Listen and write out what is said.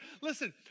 Listen